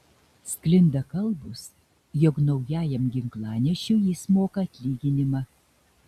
sklinda kalbos jog naujajam ginklanešiui jis moka atlyginimą